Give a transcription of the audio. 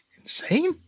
Insane